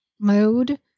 mode